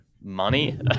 money